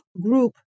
group